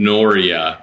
Noria